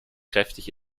kräftig